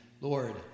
Lord